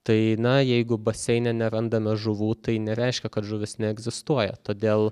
tai na jeigu baseine nerandame žuvų tai nereiškia kad žuvys neegzistuoja todėl